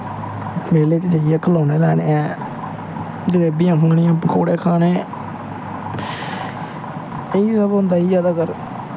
मेले च जाइयै खलौने लैने ऐं जलेबियां खानियां पकौड़े खाने इयां होंदा जादातर